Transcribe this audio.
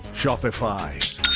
Shopify